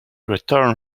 return